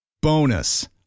Bonus